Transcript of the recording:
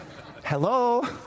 hello